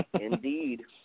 indeed